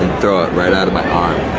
throw it right out of my arm